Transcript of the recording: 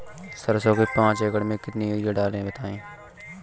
सरसो के पाँच एकड़ में कितनी यूरिया डालें बताएं?